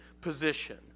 position